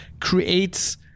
creates